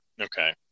Okay